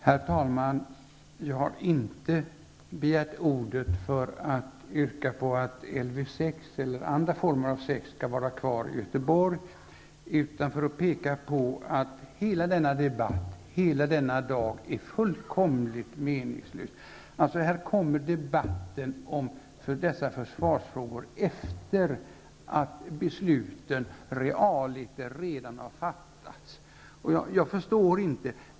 Herr talman! Jag har inte begärt ordet för att yrka på att Lv 6, eller andra former av sex, skall vara kvar, utan för att peka på att hela denna debatt och dag är fullkomligt meningslösa. Här kommer debatten om dessa försvarsfrågor efter det att besluten realiter redan har fattats. Jag förstår inte.